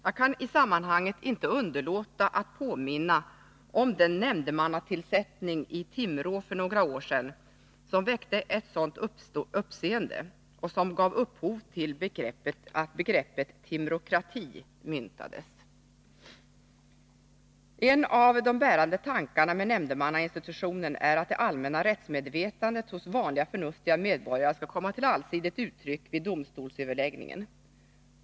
Jag kan i sammanhanget inte underlåta att påminna om den nämndemannatillsättning i Timrå för några år sedan som väckte ett sådant uppseende och som gav upphov till att begreppet ”Timråkrati” myntades. En av de bärande tankarna bakom nämndemannainstitutionen är att det allmänna rättsmedvetandet hos vanliga förnuftiga medborgare skall komma till allsidigt uttryck vid domstolsöverläggningen.